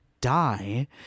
die